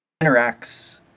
interacts